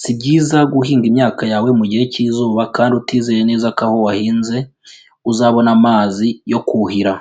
si byiza guhinga imyaka yawe mu gihe cy'izuba kandi utizeye neza ko aho wahinze uzabona amazi yo kuhira.